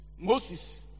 Moses